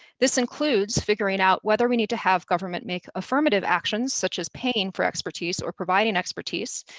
this includes figuring out whether we need to have government make affirmative actions, such as paying for expertise, or providing expertise,